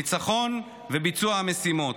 ניצחון וביצוע המשימות,